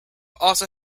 also